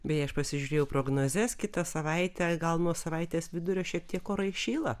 beje aš pasižiūrėjau prognozes kitą savaitę gal nuo savaitės vidurio šiek tiek orai šyla